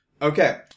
Okay